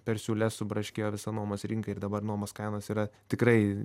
per siūles subraškėjo visa nuomos rinka ir dabar nuomos kainos yra tikrai